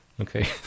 okay